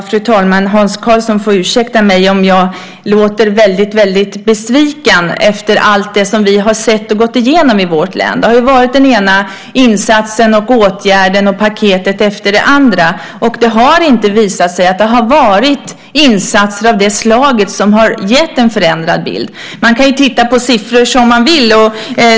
Fru talman! Hans Karlsson får ursäkta om jag låter besviken, efter allt vi har sett och gått igenom i vårt län. Det har varit den ena insatsen, åtgärden och det ena paketet efter det andra. Det har inte visat sig att de har varit insatser av det slaget att de har gett en förändrad bild. Man kan se på siffror som man vill.